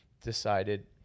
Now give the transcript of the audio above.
decided